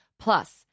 Plus